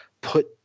put